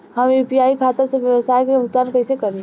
हम यू.पी.आई खाता से व्यावसाय के भुगतान कइसे करि?